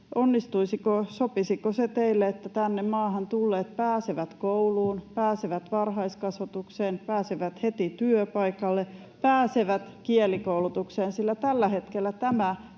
sopisiko se teille, että tänne maahan tulleet pääsevät kouluun, pääsevät varhaiskasvatukseen, pääsevät heti työpaikalle, [Petri Huru: Eivätkö he pääse?]